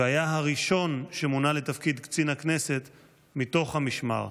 והיה הראשון שמונה לתפקיד קצין הכנסת מתוך המשמר.